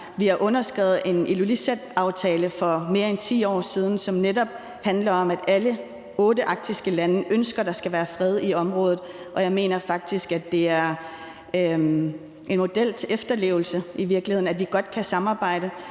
Vi har underskrevet en Ilulissataftale for mere end 10 år siden, som netop handler om, at alle otte arktiske lande ønsker, at der skal være fred i området, og jeg mener faktisk, at det i virkeligheden er en model til efterlevelse; at vi godt kan samarbejde.